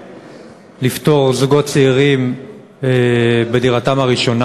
לפטור זוגות צעירים ממע"מ על דירתם הראשונה,